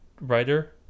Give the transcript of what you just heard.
writer